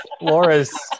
Laura's